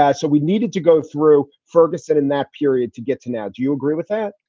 yeah so we needed to go through ferguson in that period to get to now. do you agree with that?